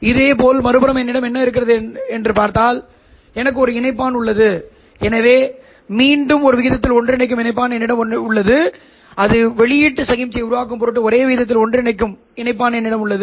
இதேபோல் மறுபுறம் என்னிடம் என்ன இருக்கிறது எனக்கு ஒரு இணைப்பான் உள்ளது எனவே மீண்டும் ஒரு விகிதத்தில் ஒன்றிணைக்கும் ஒரு இணைப்பான் என்னிடம் உள்ளது எனவே வெளியீட்டு சமிக்ஞையை உருவாக்கும் பொருட்டு ஒரே விகிதத்தில் ஒன்றிணைக்கும் ஒரு இணைப்பான் என்னிடம் உள்ளது